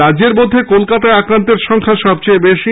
রাজ্যের মধ্যে কলকাতায় আক্রান্তের সংখ্যা সবচেয়ে বেশি